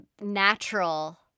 natural –